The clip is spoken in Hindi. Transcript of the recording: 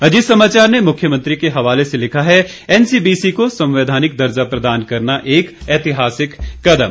अजीत समाचार ने मुख्यमंत्री के हवाले से लिखा है एनसीबीसी को संवैधानिक दर्जा प्रदान करना एक ऐतिहासिक कदम